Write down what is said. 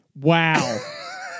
Wow